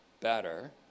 better